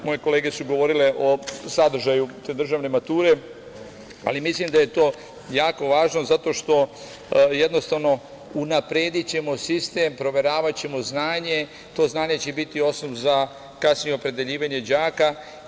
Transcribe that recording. Moje kolege su govorile o sadržaju te državne mature, ali mislim da je to jako važno zato što ćemo jednostavno unaprediti sistem, proveravaćemo znanje i to znanje će biti osnov za kasnije opredeljivanje đaka.